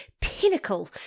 pinnacle